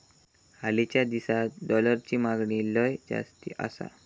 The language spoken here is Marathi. हालीच्या दिसात डॉलरची मागणी लय जास्ती आसा